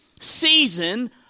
season